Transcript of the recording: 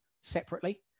separately